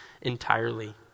entirely